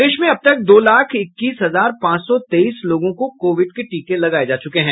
प्रदेश में अब तक दो लाख इक्कीस हजार पांच सौ तेईस लोगों को कोविड के टीके लगाये जा चुके हैं